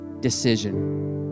decision